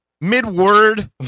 Mid-word